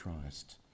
Christ